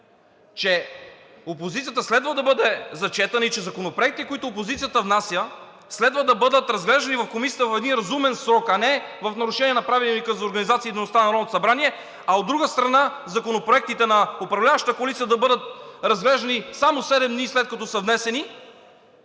че опозицията следва да бъде зачетена и че законопроекти, които опозицията внася, следва да бъдат разглеждани в комисията в един разумен срок, а не в нарушение на Правилника за организацията и дейността на Народното събрание, а от друга страна, законопроектите на управляващата коалиция да бъдат разглеждани само седем дни, след като са внесени,